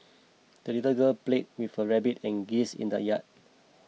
the little girl played with her rabbit and geese in the yard